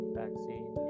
vaccine